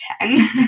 ten